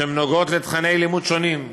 שנוגעות לתוכני לימוד שונים,